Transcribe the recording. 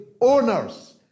owners